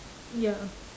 ya